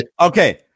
okay